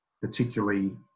particularly